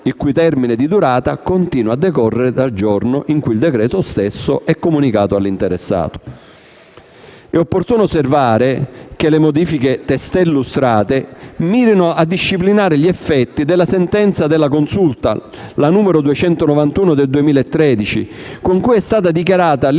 il cui termine di durata continua a decorrere dal giorno in cui il decreto stesso è comunicato all'interessato. È opportuno osservare come le modifiche testé illustrate mirino a disciplinare gli effetti della sentenza della Consulta n. 291 del 2013, con cui è stata dichiarata l'illegittimità